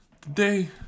Today